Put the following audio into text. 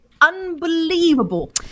unbelievable